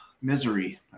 misery